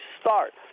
start